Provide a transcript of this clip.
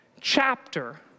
chapter